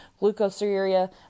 glucosuria